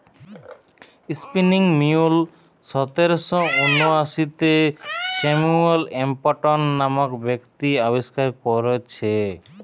spinning mule সতেরশ ঊনআশিতে Samuel Crompton নামক ব্যক্তি আবিষ্কার কোরেছে